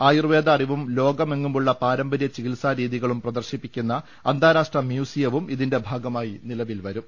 ആയൂർവേദ അറിവും ലോക മെങ്ങുമുള്ള പാരമ്പര്യ ചികിത്സാ രീതികളും പ്രദർശിപ്പിക്കുന്ന അന്താ രാഷ്ട്ര മ്യൂസിയവും ഇതിന്റെ ഭാഗമായി നിലവിൽ വരും